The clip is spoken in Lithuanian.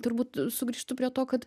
turbūt sugrįžtu prie to kad